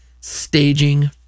staging